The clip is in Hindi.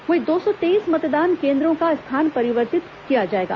वहीं दो सौ तेईस मतदान केंद्रों का स्थान परिवर्तन किया जाएगा